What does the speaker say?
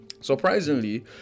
Surprisingly